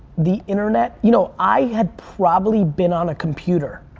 the internet. you know, i had probably been on a computer,